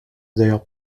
d’ailleurs